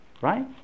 right